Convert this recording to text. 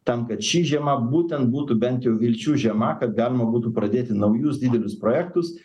tam kad ši žiema būtent būtų bent jau vilčių žema kad galima būtų pradėti naujus didelius projektus